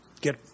get